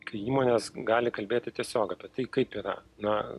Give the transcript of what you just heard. kai įmonės gali kalbėti tiesiog apie tai kaip yra na